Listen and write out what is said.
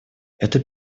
это